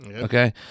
Okay